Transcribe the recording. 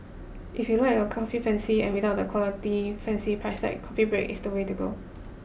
if you like your coffee fancy and without the equally fancy price tag Coffee Break is the place to go